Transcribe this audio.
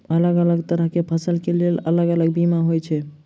अलग अलग तरह केँ फसल केँ लेल अलग अलग बीमा होइ छै?